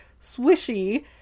swishy